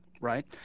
right